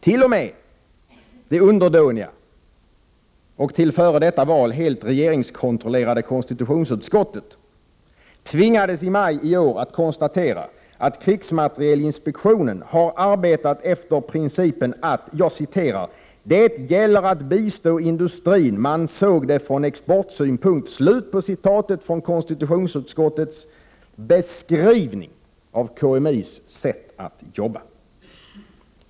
T.o.m. det fram till det senaste valet helt regeringskontrollerade och underdåniga konstitutionsutskottet tvingades i maj i år konstatera att krigsmaterielinspektionen har arbetat efter principen att ”det gäller att bistå industrin, man såg det från exportsynpunkt”. Där slutar citatet ur konstitutionsutskottets beskrivning rörande KMI:s sätt att arbeta.